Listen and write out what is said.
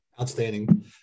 Outstanding